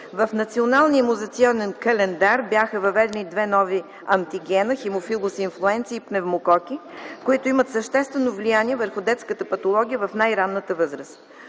в Националния имунизационен календар бяха въведени два нови антигена – хемофилус инфлуенца и пневмококи, които имат съществено влияние върху детската патология в най-ранната възраст.